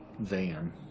van